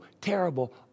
terrible